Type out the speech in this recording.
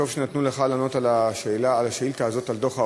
טוב שנתנו לך לענות על השאילתה הזאת על דוח העוני.